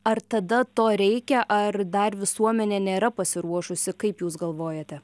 ar tada to reikia ar dar visuomenė nėra pasiruošusi kaip jūs galvojate